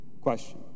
question